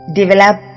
develop